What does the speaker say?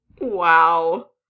Wow